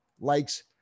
likes